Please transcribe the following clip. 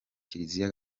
kiliziya